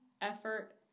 effort